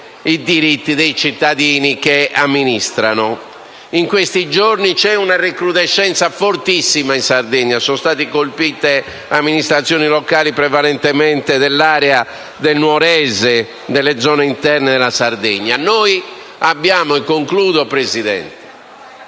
i diritti dei cittadini che amministrano. In questi giorni c'è una recrudescenza fortissima in Sardegna: sono state colpite amministrazioni locali prevalentemente dell'area del nuorese e delle zone interne della Sardegna. In questa legislatura, attraverso